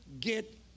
get